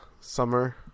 Summer